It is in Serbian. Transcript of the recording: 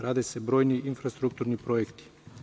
Rade se brojni infrastrukturni projekti.